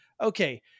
Okay